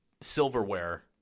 silverware